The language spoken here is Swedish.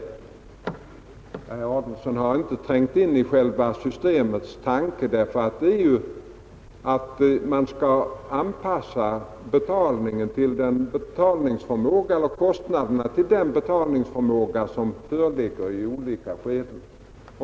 Herr Adolfsson har inte trängt in i systemets grundtanke, som är att man skall anpassa kostnaderna till den betalningsförmåga som finns i olika skeden.